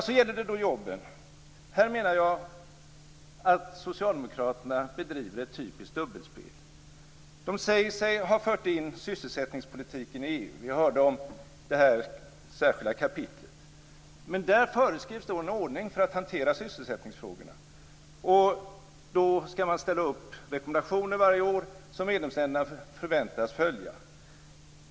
Så gäller det då jobben. Här menar jag att socialdemokraterna bedriver ett typiskt dubbelspel. De säger sig ha fört in sysselsättningspolitiken i EU. Vi hörde om det här särskilda kapitlet. Där föreskrivs en ordning för att hantera sysselsättningsfrågorna. Då skall man ställa upp rekommendationer varje år som medlemsländerna förväntas följa.